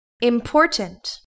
Important